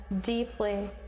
deeply